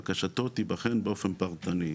בקשתו תיבחן באופן פרטני.